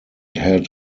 had